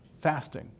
fasting